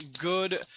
good